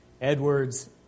Edwards